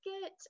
get